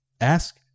ask